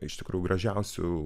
iš tikrų gražiausių